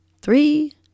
three